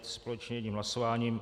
Společně jedním hlasováním.